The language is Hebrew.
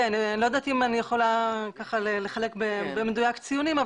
אני לא יודעת אם אני יכולה לחלק במדויק ציונים,